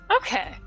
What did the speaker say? Okay